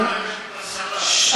לא,